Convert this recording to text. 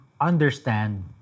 understand